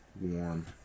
warm